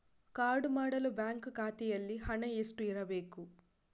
Card ಮಾಡಲು bank ಖಾತೆಯಲ್ಲಿ ಹಣ ಎಷ್ಟು ಇರಬೇಕು?